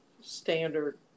Standard